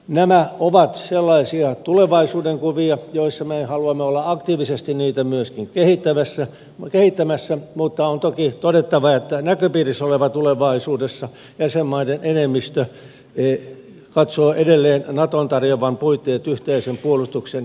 nämä ovat sellaisia tulevaisuudenkuvia joita me haluamme olla myöskin aktiivisesti kehittämässä mutta on toki todettava että näköpiirissä olevassa tulevaisuudessa jäsenmaiden enemmistö katsoo edelleen naton tarjoavan puitteet yhteisen puolustuksen järjestämiselle